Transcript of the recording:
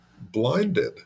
blinded